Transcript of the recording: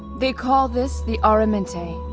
they call this the aramente,